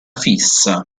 fissa